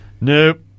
Nope